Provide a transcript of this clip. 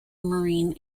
marine